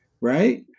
Right